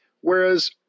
Whereas